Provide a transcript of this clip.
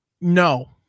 No